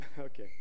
Okay